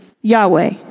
Yahweh